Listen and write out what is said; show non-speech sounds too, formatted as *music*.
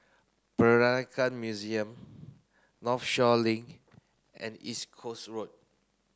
Peranakan Museum Northshore Link and *unintelligible* Coast Road